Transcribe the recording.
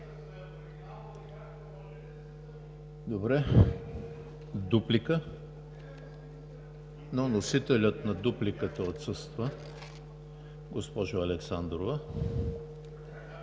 ли? Дуплика? Но носителят на дупликата отсъства. Госпожо Александрова,